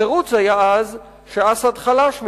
התירוץ היה אז שאסד חלש מדי,